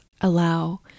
Allow